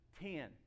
ten